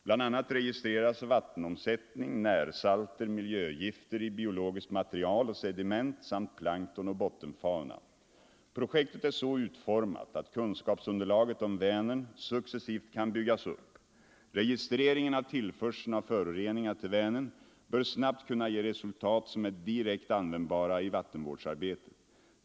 Bl.a. registreras vattenomsättning, närsalter, miljögifter i biologiskt material och sediment samt plankton och bottenfauna. Projektet är så utformat att kunskapsunderlaget om Vänern successivt kan byggas upp. Registreringen av tillförseln av föroreningar till Vänern bör snabbt kunna ge resultat som är direkt användbara i vattenvårdsarbetet.